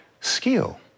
skill